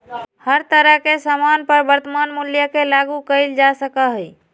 हर तरह के सामान पर वर्तमान मूल्य के लागू कइल जा सका हई